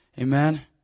Amen